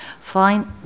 Fine